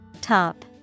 Top